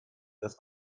dass